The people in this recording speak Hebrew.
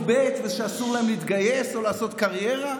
ב' ושאסור להן להתגייס או לעשות קריירה?